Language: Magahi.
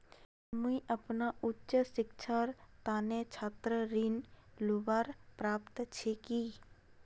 मुई अपना उच्च शिक्षार तने छात्र ऋण लुबार पत्र छि कि?